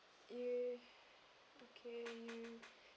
if okay